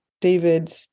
David